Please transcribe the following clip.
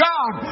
God